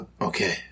Okay